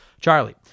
charlie